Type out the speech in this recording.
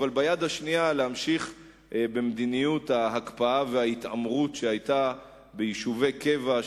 אבל ביד השנייה להמשיך במדיניות ההקפאה וההתעמרות שהיתה ביישובי קבע,